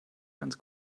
ganz